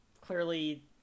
clearly